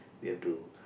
we have to